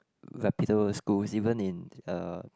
reputable schools even in uh